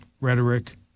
rhetoric